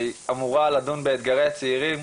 שאמורה לדון באתגרי הצעירים,